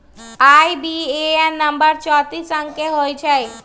IBAN number चौतीस अंक के होइ छइ